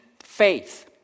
faith